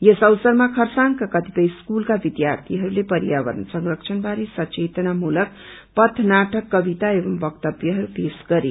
यस अवसरमा खरसाङका कतिपय स्कूलका विध्यार्थीहरूले पर्यावरण सरंक्षण बारे सचेतना मूलक पथ नाटक किवता एव वक्तब्यहरू पेश गरे